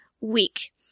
week